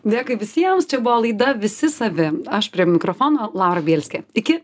dėkui visiems čia buvo laida visi savi aš prie mikrofono laura bielskė iki